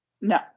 No